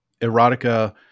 erotica